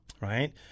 right